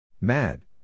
Mad